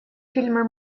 фильмы